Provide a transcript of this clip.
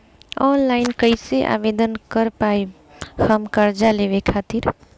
Online कइसे आवेदन कर पाएम हम कर्जा लेवे खातिर?